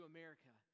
America